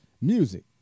music